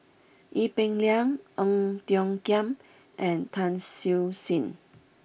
Ee Peng Liang Ong Tiong Khiam and Tan Siew Sin